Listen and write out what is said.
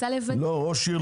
ראש עיר,